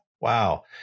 Wow